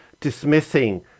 dismissing